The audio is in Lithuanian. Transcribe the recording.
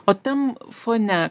o tam fone